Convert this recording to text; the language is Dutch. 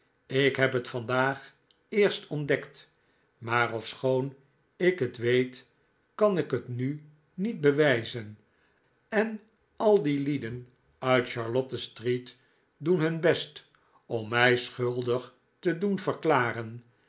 ik heb het vandaag eerst ontdekt maar ofschoon ik het weet kan ik het nu niet bewijzen en al die lieden uit charlotte street doen hun best om mij schuldig te doen verklaren